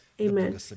Amen